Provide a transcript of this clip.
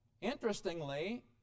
interestingly